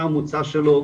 מה המוצא שלו,